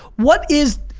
what is,